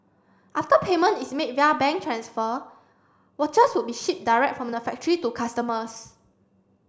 after payment is made via bank transfer watches would be shipped direct from the factory to customers